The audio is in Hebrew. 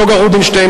נגה רובינשטיין,